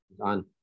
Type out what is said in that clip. on